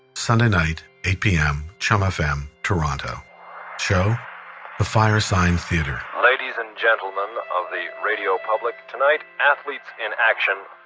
sunday night, eight pm, chum fm toronto show? the firesign theatre ladies and gentlemen of the radio public. tonight, athletes in action,